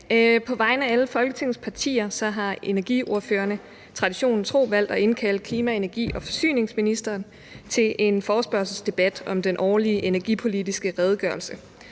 På vegne af alle Folketingets partier har energiordførerne traditionen tro valgt at indkalde klima-, energi- og forsyningsministeren til en forespørgselsdebat om den årlige energipolitiske redegørelse.